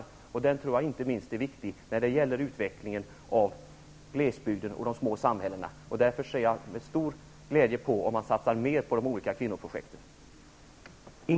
Denna förmåga tror jag är viktig inte minst när det gäller utvecklingen av glesbygden och de små samhällena, och jag ser därför med stor glädje på att det satsas mer på de olika kvinnoprojekten.